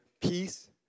peace